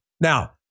Now